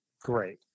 great